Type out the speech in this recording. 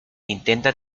intenta